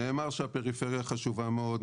נאמר שהפריפריה חשובה מאוד,